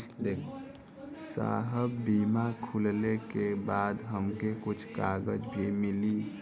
साहब बीमा खुलले के बाद हमके कुछ कागज भी मिली?